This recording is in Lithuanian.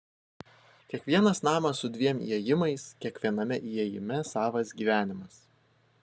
kiekvienas namas su dviem įėjimais kiekviename įėjime savas gyvenimas